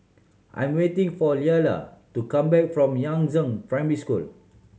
I'm waiting for Leala to come back from Yangzheng Primary School